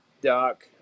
dock